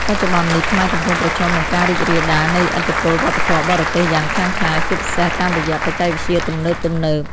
បច្ចុប្បន្ននេះ ខ្មែរកំពុងប្រឈមនឹងការរីករាលដាលនៃឥទ្ធិពលវប្បធម៌បរទេសយ៉ាងខ្លាំងក្លា ជាពិសេសតាមរយៈបច្ចេកវិទ្យាទំនើបៗ។